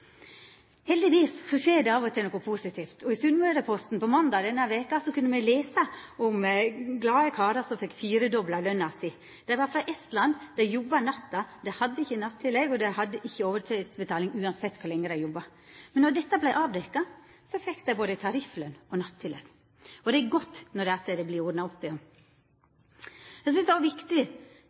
Heldigvis skjer det av og til noko positivt. I Sunnmørsposten måndag denne veka kunne me lesa om glade karar frå Estland som fekk firedobla løna si. Dei jobba om natta, dei hadde ikkje nattillegg, og dei hadde ikkje overtidsbetaling same kor lenge dei jobba. Men da dette vart avdekt, fekk dei både tariffløn og nattillegg. Det er godt når det vert ordna opp. Det er ganske alvorleg når me ser at òg offentlege etatar har hatt reinhaldsfirma som opererer ulovleg. Da vil eg peika på at det